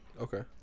Okay